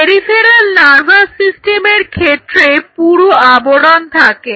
peripheral nervous সিস্টেমের ক্ষেত্রে পুরু আবরণ থাকে